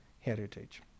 heritage